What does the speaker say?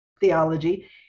theology